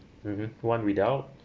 mmhmm ya one without